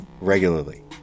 regularly